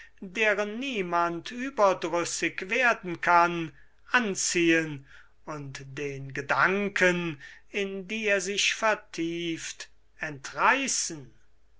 deren niemand überdrüssig werden kann anziehen und den gedanken in die er sich vertieft entreißen